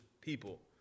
people